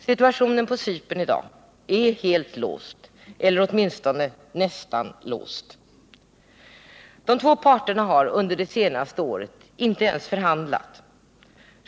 Situationen på Cypern i dag är så gott som låst. De två parterna har under det senaste året inte ens förhandlat.